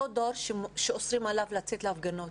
אותו דור שאוסרים עליו לצאת להפגנות,